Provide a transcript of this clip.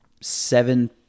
seven